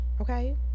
Okay